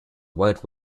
wide